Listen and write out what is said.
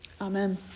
Amen